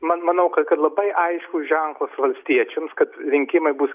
man manau kad kad labai aiškus ženklas valstiečiams kad rinkimai bus